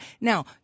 Now